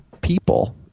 people